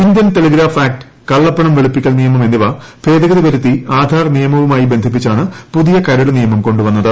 Indian Telegraph Act കള്ളപ്പണം വെളുപ്പിക്കൽ നിയമം എന്നിവ ഭേദഗതി വരുത്തി ആധാർ നിയമവുമായി ബന്ധിപ്പിച്ചാണ് പുതിയ കരട് നിയമം കൊണ്ടുവന്നത്